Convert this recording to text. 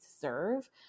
serve